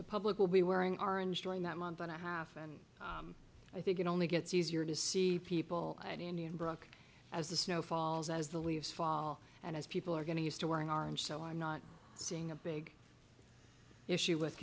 the public will be wearing orange during that month and a half and i think it only gets easier to see people at indian brook as the snow falls as the leaves fall and as people are getting used to wearing orange so i'm not seeing a big issue with